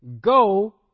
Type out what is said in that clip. Go